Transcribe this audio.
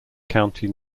county